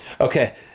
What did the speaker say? okay